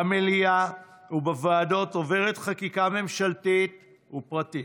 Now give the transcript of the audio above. במליאה ובוועדות עוברת חקיקה ממשלתית ופרטית,